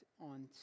on